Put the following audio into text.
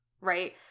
right